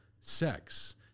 sex